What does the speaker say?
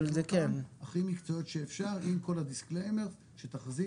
הכי מקצועיות שאפשר עם כל הדיסקליימר שתחזית